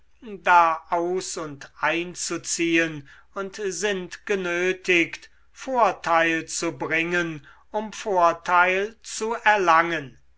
da aus und einzuziehen und sind genötigt vorteil zu bringen um vorteil zu erlangen